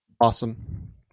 Awesome